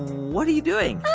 what are you doing?